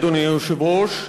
אדוני היושב-ראש,